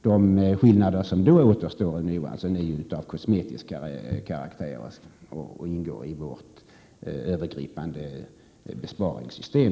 De skillnader som En framtidsinriktad då återstår, Rune Johansson, är av mer kosmetisk karaktär och ingår i vårt övergripande besparingssystem.